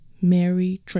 Mary